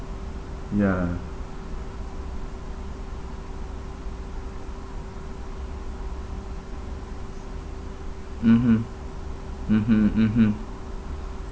ya mmhmm mmhmm mmhmm